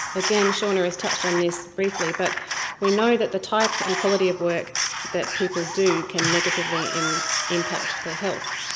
again, seana has touched on this briefly, but we know that the type and quality of work that people do can negatively impact their health.